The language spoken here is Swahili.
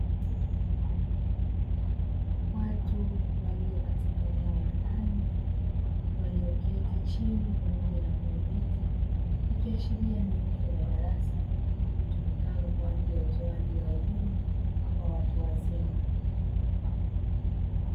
Watu walio katika eneo la ndani walioketi na chini pamoja na kwenye viti, ikiashiria ni eneo la darasa litumikalo kwa ajili ya utoaji wa elimu kwa watu wazima.